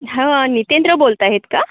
हां नितेंद्र बोलत आहेत का